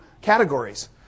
categories